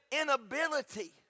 Inability